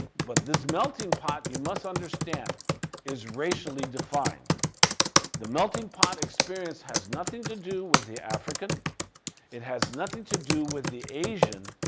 but this melting pot you must understand is racially defined the melting pot experience has nothing to do with the african it has nothing to do with the asian